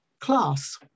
class